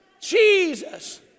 Jesus